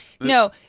no